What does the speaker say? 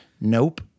Nope